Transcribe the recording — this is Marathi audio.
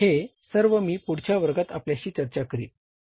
हे सर्व मी पुढच्या वर्गात आपल्याशी चर्चा करीन